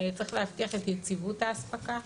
צריך להבטיח את יציבות האספקה.